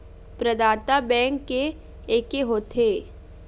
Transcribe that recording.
प्रदाता बैंक के एके होथे?